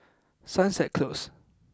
Sunset Close